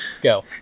Go